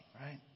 Right